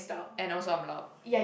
and also I'm loud